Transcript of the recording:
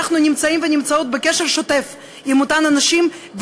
אנחנו נמצאים ונמצאות בקשר שוטף עם אותן הנשים,